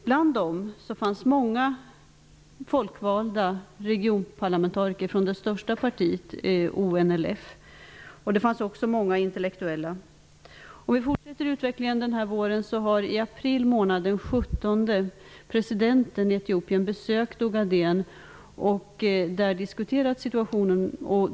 Bland dessa demonstranter fanns många folkvalda regionpolitiker från det största partiet, ONLF. Vidare fanns det många intellektuella. Utvecklingen under våren har varit följande. Den Där diskuterades situationen.